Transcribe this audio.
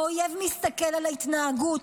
האויב מסתכל על ההתנהגות,